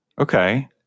Okay